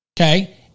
okay